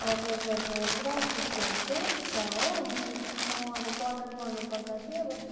अथर्सहरूको पुरा बुक्सहरू चाहिँ छ हो अनि म अब वर्णन गर्नु पर्दा चाहिँ अब